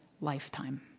lifetime